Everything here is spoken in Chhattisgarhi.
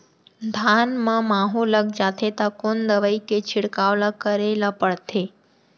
धान म माहो लग जाथे त कोन दवई के छिड़काव ल करे ल पड़थे?